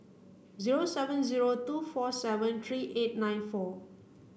zero seven zero two four seven three eight nine four